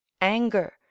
anger